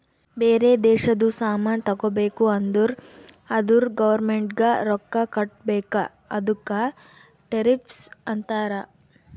ಬೇರೆ ದೇಶದು ಸಾಮಾನ್ ತಗೋಬೇಕು ಅಂದುರ್ ಅದುರ್ ಗೌರ್ಮೆಂಟ್ಗ ರೊಕ್ಕಾ ಕೊಡ್ಬೇಕ ಅದುಕ್ಕ ಟೆರಿಫ್ಸ್ ಅಂತಾರ